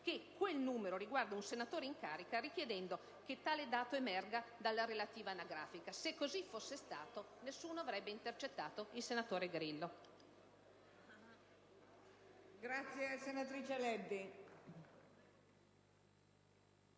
che quel numero riguardava un senatore in carica, richiedendo che il dato emergesse dalla relativa anagrafica. Se così fosse stato, nessuno avrebbe intercettato il senatore Grillo.